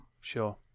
Sure